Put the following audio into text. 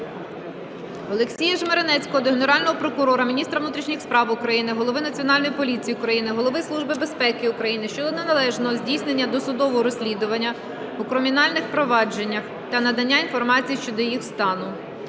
Олексія Жмеренецького до Генерального прокурора, міністра внутрішніх справ України, голови Національної поліції України, Голови Служби безпеки України щодо неналежного здійснення досудового розслідування у кримінальних провадженнях та надання інформації щодо їх стану.